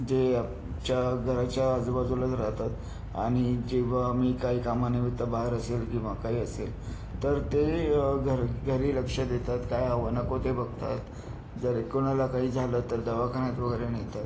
जे आमच्या घराच्या आजूबाजूलाच राहतात आणि जेव्हा मी काही कामानिमित्त बाहेर असेल किंवा काही असेल तर ते घर घरी लक्ष देतात काय हवं नको ते बघतात जरी कोणाला काही झालं तर दवाखान्यात वगैरे नेतात